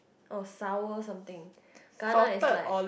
oh sour something gana is like